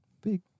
Big